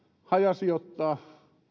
hajasijoittaa